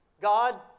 God